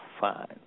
fine